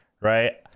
right